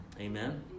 Amen